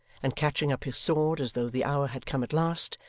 and catching up his sword as though the hour had come at last,